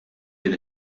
din